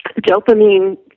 dopamine